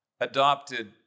adopted